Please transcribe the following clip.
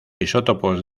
isótopos